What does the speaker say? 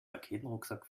raketenrucksack